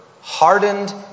hardened